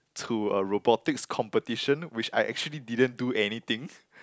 to a robotic's competition which I actually didn't do anything